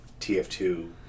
TF2